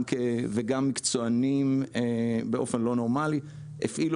וגם מקצוענים באופן לא נורמלי הפעילו